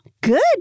Good